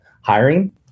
hiring